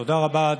תודה רבה.